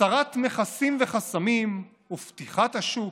הסרת מכסים וחסמים ופתיחת השוק,